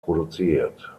produziert